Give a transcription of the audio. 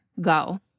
go